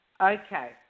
Okay